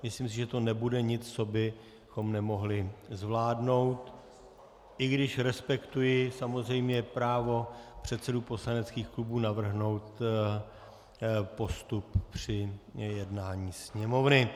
Myslím si, že to nebude nic, co bychom nemohli zvládnout, i když respektuji samozřejmě právo předsedů poslaneckých klubů navrhnout postup při jednání Sněmovny.